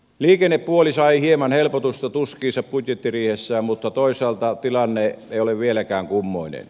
liikennepuoli sai hieman helpotusta tuskiinsa budjettiriihessä mutta toisaalta tilanne ei ole vieläkään kummoinen